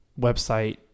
website